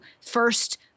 first